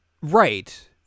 Right